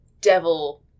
devil